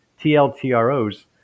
tltro's